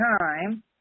time